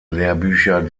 lehrbücher